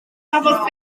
cafodd